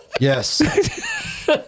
Yes